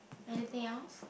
anything else